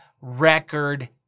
record